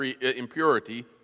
impurity